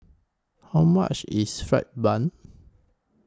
How much IS Fried Bun